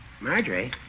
Marjorie